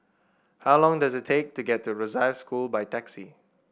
how long does it take to get to by taxi